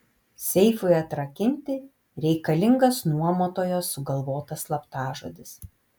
seifui atrakinti reikalingas nuomotojo sugalvotas slaptažodis